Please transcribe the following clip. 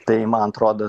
tai man atrodo